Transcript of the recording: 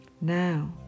Now